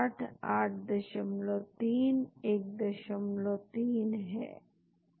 यह यहां दिखाया गया है आप देख सकते हैं यह दो एक्सेप्टर यहां और दो हाइड्रोफोबिक विशेषताएं यहां है